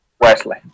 Wesley